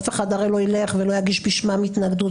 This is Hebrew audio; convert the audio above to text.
אף אחד הרי לא ילך ולא יגיש בשמם התנגדות.